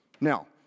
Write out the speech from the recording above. Now